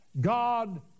God